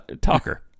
talker